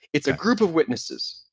it's a group of witnesses,